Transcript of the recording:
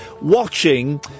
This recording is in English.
watching